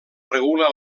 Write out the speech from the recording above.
regula